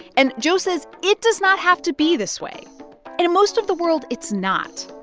and joe says it does not have to be this way. and in most of the world, it's not.